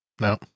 No